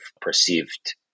perceived